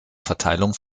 verteilung